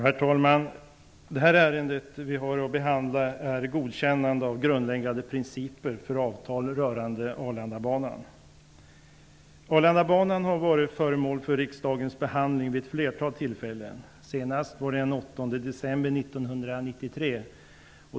Herr talman! Det ärende som vi har att behandla gäller godkännande av grundläggande principer för avtal rörande Arlandabanan. Arlandabanan har varit föremål för riksdagens behandling vid ett flertal tillfällen, senast den 8 december 1993.